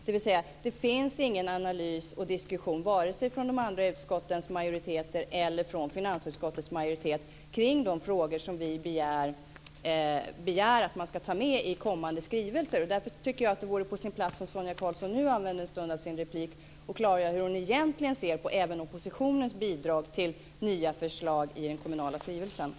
Det finns alltså ingen analys eller diskussion från vare sig de andra utskottens majoriteter eller från finansutskottets majoritet kring de frågor vi begär ska tas med i kommande skrivelser. Därför vore det på sin plats om Sonia Karlsson nu använde en stund av sin replik för att klargöra hur hon egentligen ser på oppositionens bidrag till nya förslag i skrivelsen om kommunala sektorn.